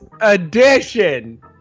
edition